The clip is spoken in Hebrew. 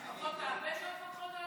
משפחות הפשע מפקחות על הכסף הזה?